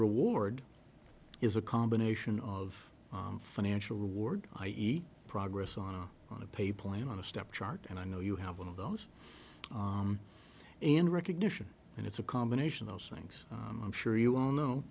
reward is a combination of financial reward i eat progress on a on a pay plan on a step chart and i know you have one of those in recognition and it's a combination those things i'm sure you all know